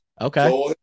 Okay